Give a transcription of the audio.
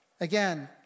Again